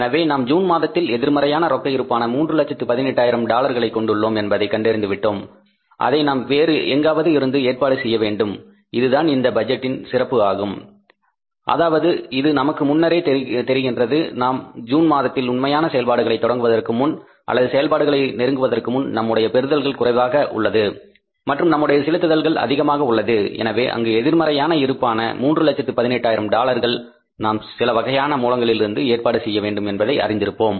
எனவே நாம் ஜூன் மாதத்தில் எதிர்மறையான ரொக்க இருப்பான 318000 டாலர்களை கொண்டுள்ளோம் என்பதை கண்டறிந்து விட்டோம் அதை நாம் வேறு எங்காவது இருந்து ஏற்பாடு செய்ய வேண்டும் இதுதான் இந்த பட்ஜெட்டின் சிறப்பு ஆகும் அதாவது இது நமக்கு முன்னரே தெரிகின்றது நாம் ஜூன் மாதத்தில் உண்மையாக செயல்பாடுகளை தொடங்குவதற்கு முன் அல்லது செயல்பாடுகளை நெருங்குவதற்கு முன் நம்முடைய பெறுதல்கள் குறைவாக உள்ளது மற்றும் நம்முடைய செலுத்துதல்கள் அதிகமாக உள்ளது எனவே அங்கு எதிர்மறையான இருப்பான 318000 டாலர்கள் நாம் சிலவகையான மூலங்களிலிருந்து ஏற்பாடு செய்யவேண்டும் என்பதை அறிந்திருப்போம்